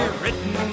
written